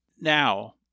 Now